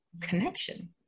connection